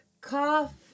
cough